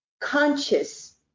conscious